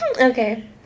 Okay